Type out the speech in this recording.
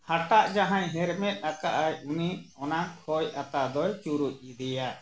ᱦᱟᱴᱟᱜ ᱡᱟᱦᱟᱸᱭ ᱦᱮᱨᱢᱮᱫ ᱟᱠᱟᱫ ᱟᱭ ᱩᱱᱤ ᱚᱱᱟ ᱠᱷᱳᱭ ᱟᱛᱟ ᱫᱚᱭ ᱪᱩᱨᱩᱡ ᱤᱫᱤᱭᱟ